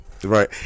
right